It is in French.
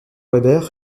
weber